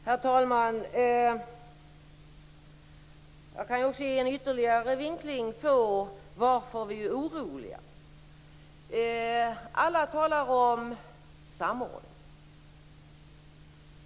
Herr talman! Jag kan ge en ytterligare vinkling på varför vi är oroliga. Alla talar om samordning.